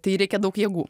tai reikia daug jėgų